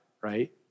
right